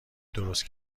درست